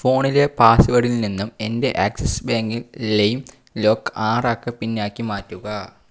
ഫോണിലെ പാസ്വേഡിൽ നിന്നും എൻ്റെ ആക്സിസ് ബാങ്ക് ലൈം ലോക്ക് ആറ് അക്ക പിൻ ആക്കി മാറ്റുക